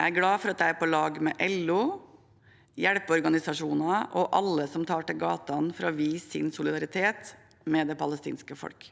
Jeg er glad for at jeg er på lag med LO, hjelpeorganisasjoner og alle som tar til gatene for å vise sin solidaritet med det palestinske folk.